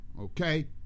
okay